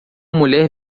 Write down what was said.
mulher